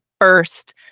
first